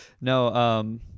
No